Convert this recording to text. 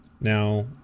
Now